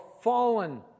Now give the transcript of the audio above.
fallen